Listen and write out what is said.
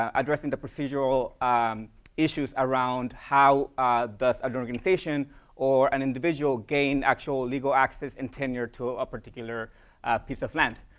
um addressing the procedural um issues around how does an organization or an individual gain actual legal access and tenure to a particular piece of land.